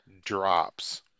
drops